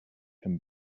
him